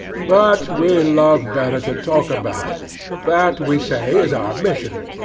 but we love better to talk about it that we say is our mission.